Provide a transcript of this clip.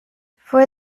for